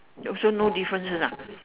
also no differences ah